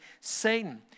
Satan